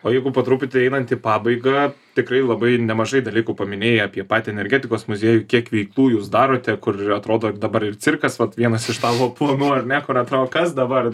o jeigu po truputį einant į pabaigą tikrai labai nemažai dalykų paminėjai apie patį energetikos muziejų kiek veiklų jūs darote kur ir atrodo dabar ir cirkas vat vienas iš tavo planų ar ne kur atrodo kas dabar